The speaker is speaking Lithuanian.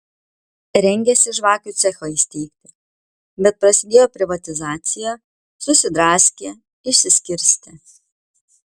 rengėsi žvakių cechą įsteigti bet prasidėjo privatizacija susidraskė išsiskirstė